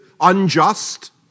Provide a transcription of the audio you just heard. unjust